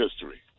history